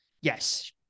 yes